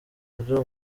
ari